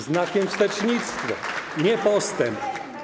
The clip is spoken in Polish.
Znakiem - wstecznictwo, nie postęp.